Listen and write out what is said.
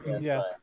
Yes